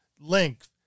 length